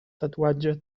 tatuatge